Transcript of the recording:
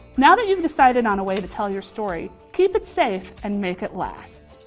now that you've decided on a way to tell your story, keep it safe and make it last.